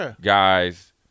guys